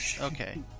Okay